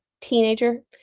teenager